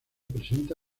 presenta